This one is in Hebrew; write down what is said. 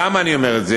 למה אני אומר את זה?